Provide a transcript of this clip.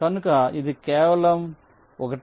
కనుక ఇది కేవలం 1